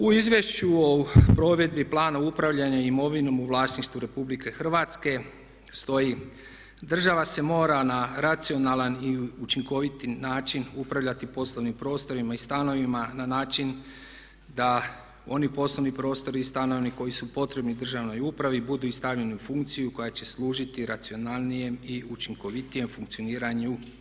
U izvješću o provedbi plana upravljanja imovinom u vlasništvu RH stoji "Država se mora na racionalan i učinkoviti način upravljati poslovnim prostorima i stanovima na način da oni poslovni prostori i stanovi koji su potrebni državnoj upravi budu i stavljeni u funkciju koja će služiti racionalnijem i učinkovitijem funkcioniranju.